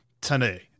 today